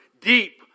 deep